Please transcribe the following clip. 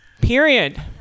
period